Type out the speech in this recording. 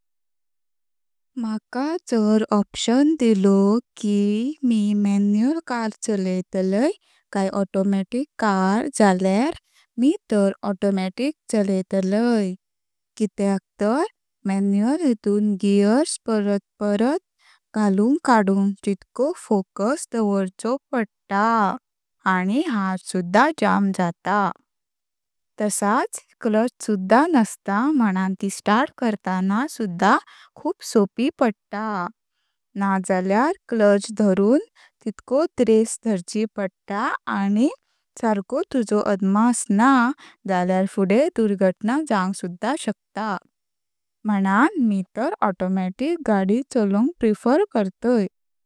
माका जर ऑप्शन दिलो कि मि मॅन्युअल कार चलायतलय काय ऑटोमॅटिक कार जल्यार मि तार ऑटोमॅटिक चलायतलय, कित्याक तर मॅन्युअल हेटुन गियर्स परात परात घालुंक कडुंक तितको फोकस डोवर्चो पडता आनी हात सुद्धा जाम जात। तसाच क्लच सुद्धा नस्तो म्हुणान त स्टार्ट करताना सुद्धा खुप सोपी पडता ना जल्यार क्लच धरुन तितकोट रेस धरची पडता आनी सरको तुजो अदमास ना जल्यार फुडे दुर्घटना जावक सुद्धा शक्ता, म्हुणान मि तार ऑटोमॅटिक गाडी चालवक प्रेफर करतय।